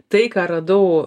tai ką radau